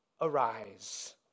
arise